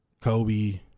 Kobe